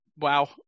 wow